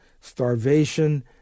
starvation